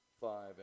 five